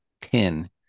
pin